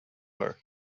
her